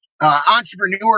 entrepreneur